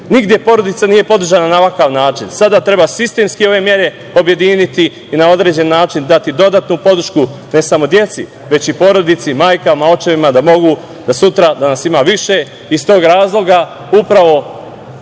Nigde porodica nije podržana na ovakav način. Sada treba sistemski ove mere objediniti i na određeni način dati dodatnu podršku, ne samo deci, već i porodici, majkama, očevima, da nas sutra ima više. Iz tog razloga se upravo